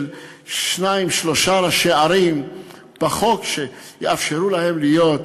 של שניים-שלושה ראשי ערים בחוק שיאפשרו להם להיות,